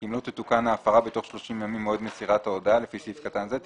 כי אם לא תתוקן ההפרה בתוך 30 ימים ממועד מסירת ההודעה לפי סעיף קטן זה,